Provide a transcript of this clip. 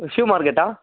ஆ shoe மார்க்கெட்டா